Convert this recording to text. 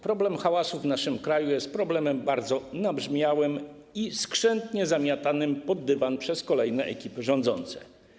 Problem hałasu w naszym kraju jest problemem bardzo nabrzmiałym i skrzętnie zamiatanym pod dywan przez kolejne ekipy rządzące.